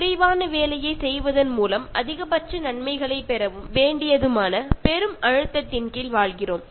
വളരെ കുറച്ചു ജോലി ചെയ്തുകൊണ്ട് വളരെ കൂടുതൽ പ്രയോജനം ഉണ്ടാക്കുക എന്നതായിരിക്കും എല്ലാവരും ചിന്തിക്കുന്നത്